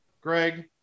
Greg